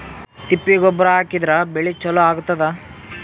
ತಿಪ್ಪಿ ಗೊಬ್ಬರ ಹಾಕಿದ್ರ ಬೆಳಿ ಚಲೋ ಆಗತದ?